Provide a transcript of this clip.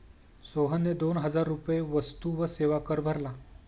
सोहनने दोन हजार रुपये वस्तू व सेवा कर भरला